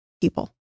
people